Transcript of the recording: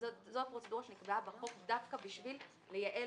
זו הפרוצדורה שנקבעה בחוק דווקא בשביל לייעל